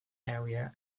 area